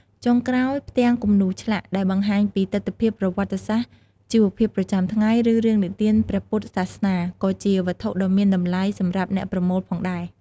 ចុងក្រោយ ផ្ទាំងគំនូរឆ្លាក់ ដែលបង្ហាញពីទិដ្ឋភាពប្រវត្តិសាស្ត្រ ជីវភាពប្រចាំថ្ងៃ ឬរឿងនិទានព្រះពុទ្ធសាសនា ក៏ជាវត្ថុដ៏មានតម្លៃសម្រាប់អ្នកប្រមូលផងដែរ។